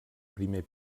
primer